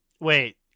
Wait